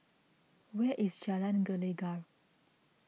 where is Jalan Gelegar